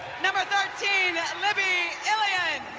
number thirteen, libby illian.